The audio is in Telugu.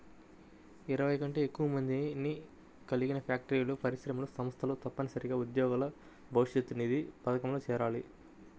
ఇరవై కంటే ఎక్కువ మందిని కలిగిన ఫ్యాక్టరీలు, పరిశ్రమలు, సంస్థలు తప్పనిసరిగా ఉద్యోగుల భవిష్యనిధి పథకంలో చేరాలి